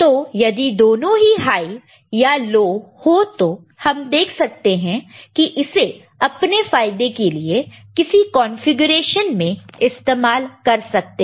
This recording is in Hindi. तो यदि दोनों ही हाई या लो हो तो हम देख सकते हैं कि इसे अपने फायदे के लिए किसी कॉन्फ़िगरेशन में इस्तेमाल कर सकते हैं